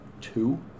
two